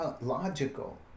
logical